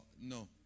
no